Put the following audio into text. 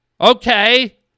Okay